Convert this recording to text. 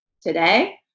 today